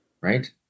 right